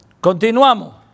Continuamos